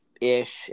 ish